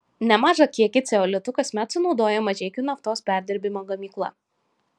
nemažą kiekį ceolitų kasmet sunaudoja mažeikių naftos perdirbimo gamykla